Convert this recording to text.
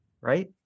right